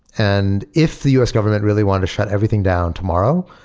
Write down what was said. and if the u s. government really wanted to shut everything down tomorrow,